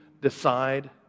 decide